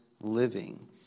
living